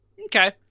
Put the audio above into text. Okay